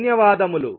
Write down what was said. ధన్యవాదాలు